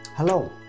Hello